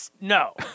no